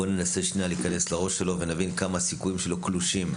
בואו ננסה שנייה להיכנס לראש שלו ונבין כמה הסיכויים שלו קלושים.